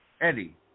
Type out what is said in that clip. Eddie